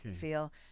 feel